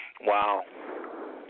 Wow